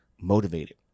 motivated